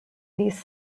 these